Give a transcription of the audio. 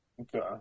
Okay